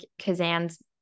Kazan's